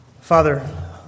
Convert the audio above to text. Father